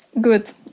Good